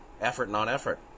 effort-not-effort